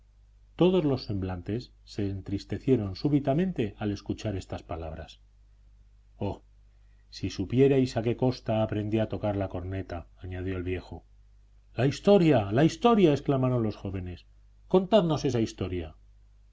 todos los semblantes se entristecieron súbitamente al escuchar estas palabras oh si supierais a qué costa aprendí a tocar la corneta añadió el viejo la historia la historia exclamaron los jóvenes contadnos esa historia